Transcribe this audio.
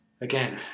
again